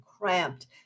cramped